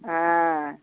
ஆ